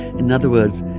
in other words,